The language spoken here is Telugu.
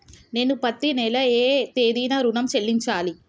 నేను పత్తి నెల ఏ తేదీనా ఋణం చెల్లించాలి?